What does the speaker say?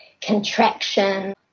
contraction